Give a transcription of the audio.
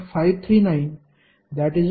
152 0